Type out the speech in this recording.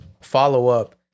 Follow-up